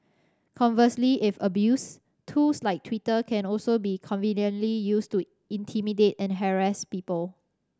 conversely if abused tools like Twitter can also be conveniently used to intimidate and harass people